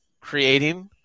creating